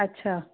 अच्छा